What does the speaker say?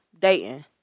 dating